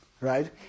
right